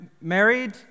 married